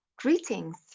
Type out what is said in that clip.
Greetings